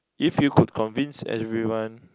if you could convince everyone